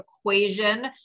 Equation